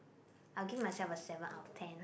I'll give myself a seven out of ten